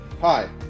Hi